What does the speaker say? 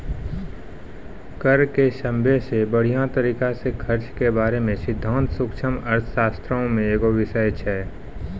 कर के सभ्भे से बढ़िया तरिका से खर्च के बारे मे सिद्धांत सूक्ष्म अर्थशास्त्रो मे एगो बिषय छै